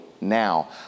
now